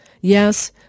Yes